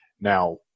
Now